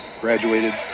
Graduated